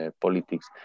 politics